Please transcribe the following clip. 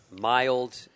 mild